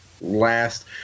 last